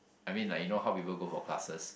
I mean like you know how people go for classes